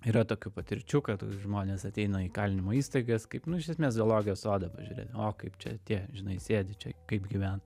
yra tokių patirčių kad žmonės ateina į kalinimo įstaigas kaip nu iš esmės zoologijos sodą pažiūrėt o kaip čia tie žinai sėdi čia kaip gyvena